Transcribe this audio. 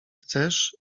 chcesz